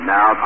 Now